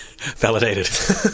Validated